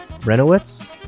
Renowitz